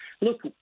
Look